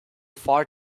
far